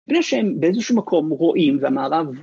‫בגלל שהם באיזשהו מקום ‫רואים והמערב.